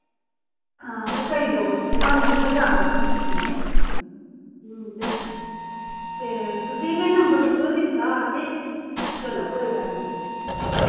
हां ते करी देऊड़ो तुस सानू ते असें जाना उत्थे दिक्खने ऐ ते ते तुसेंई में नंबर उत्थो दित्ता हा ते चलो कोई गल्ल नी